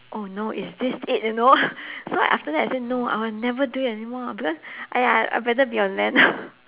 oh no is this it you know so like after that I say no I will never do it anymore because !aiya! I better be on land